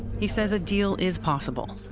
he says a deal is possible.